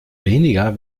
weniger